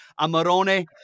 Amarone